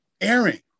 airing